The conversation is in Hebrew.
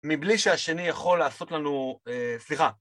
מבלי שהשני יכול לעשות לנו... סליחה.